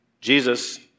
Jesus